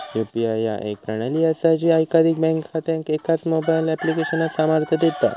UPI ह्या एक प्रणाली असा जी एकाधिक बँक खात्यांका एकाच मोबाईल ऍप्लिकेशनात सामर्थ्य देता